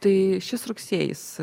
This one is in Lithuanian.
tai šis rugsėjis